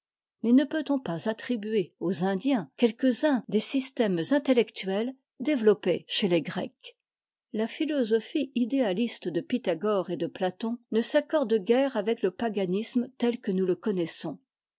mais ne peut-on pas attribuer aux indiens quelques-uns des systèmes intellectuels développés chez les grecs la philosophie idéaliste de pythagore et de platon ne s'accorde guère avec le paganisme tel que nous le connaissons